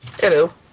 Hello